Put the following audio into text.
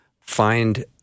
find